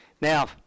Now